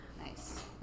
Nice